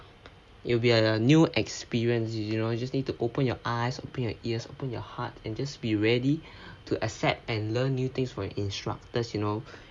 it will be a new experience you know you just need to open your eyes open your ears open your heart and just be ready to accept and learn new things from your instructors you know